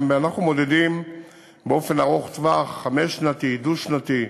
אנחנו גם מודדים באופן ארוך-טווח, חמש-שנתי,